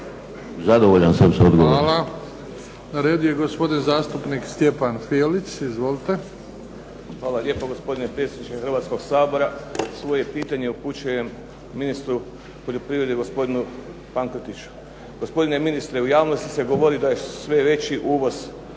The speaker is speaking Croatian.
Zadovoljan sam sa odgovorom.